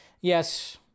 yes